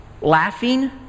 laughing